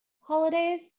holidays